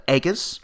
Eggers